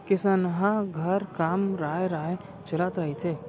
किसनहा घर काम राँय राँय चलत रहिथे